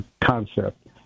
concept